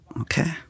okay